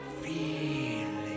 feel